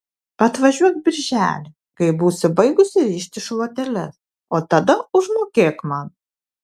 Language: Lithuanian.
atvažiuok birželį kai būsiu baigusi rišti šluoteles o tada užmokėk man